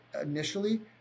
initially